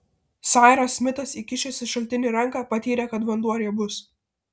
sairas smitas įkišęs į šaltinį ranką patyrė kad vanduo riebus